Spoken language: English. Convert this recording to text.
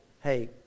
hey